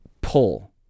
pull